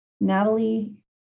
Natalie